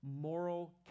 moral